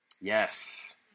Yes